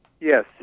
Yes